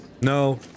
No